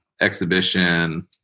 exhibition